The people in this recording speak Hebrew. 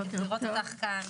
טוב לראות אותך כאן,